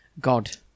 god